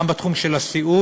גם בתחום הסיעוד